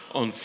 on